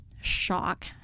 shock